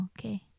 Okay